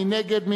מי נגד?